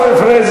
עיסאווי פריג',